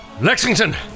Lexington